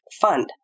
Fund